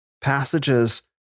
passages